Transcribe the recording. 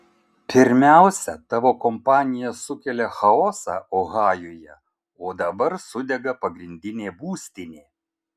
pirmiausia tavo kompanija sukelia chaosą ohajuje o dabar sudega pagrindinė būstinė